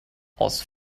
aus